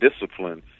discipline